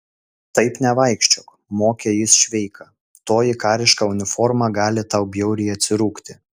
taip nevaikščiok mokė jis šveiką toji kariška uniforma gali tau bjauriai atsirūgti